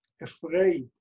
afraid